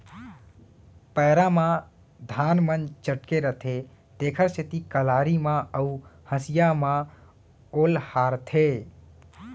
पैरा म धान मन चटके रथें तेकर सेती कलारी म अउ हँसिया म ओलहारथें